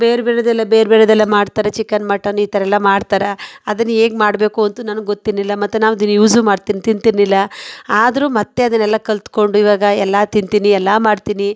ಬೇರೆ ಬೇರೆದೆಲ್ಲ ಬೇರೆ ಬೇರೆದೆಲ್ಲ ಮಾಡ್ತಾರೆ ಚಿಕನ್ ಮಟನ್ ಈ ಥರ ಎಲ್ಲ ಮಾಡ್ತಾರೆ ಅದನ್ನ ಹೇಗೆ ಮಾಡಬೇಕು ಅಂತ ನನಗೆ ಗೊತ್ತಿರಲಿಲ್ಲ ಮತ್ತು ನಾವು ಅದನ್ನ ಯೂಸು ಮಾಡು ತಿಂತಿರಲಿಲ್ಲ ಆದರೂ ಮತ್ತು ಅದನ್ನೆಲ್ಲ ಕಲಿತ್ಕೊಂಡು ಈವಾಗ ಎಲ್ಲ ತಿಂತೀನಿ ಎಲ್ಲ ಮಾಡ್ತೀನಿ